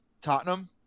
Tottenham